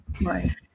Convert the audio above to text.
right